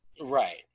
Right